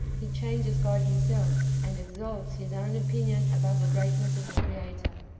he changes god himself, and exalts his own opinion above the greatness of the creator.